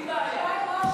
בלי בעיה.